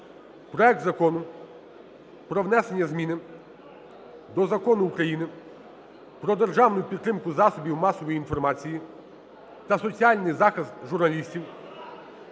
проект Закону про внесення зміни до Закону України "Про державну підтримку засобів масової інформації та соціальний захист журналістів"